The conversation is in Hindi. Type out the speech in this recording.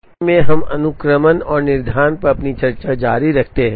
व्याख्यान में हम अनुक्रमण और निर्धारण पर अपनी चर्चा जारी रखते हैं